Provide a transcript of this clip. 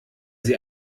sie